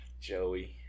Joey